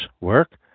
work